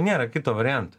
nėra kito varianto